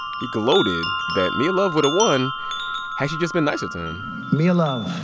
he gloated that mia love would've won had she just been nicer to him mia love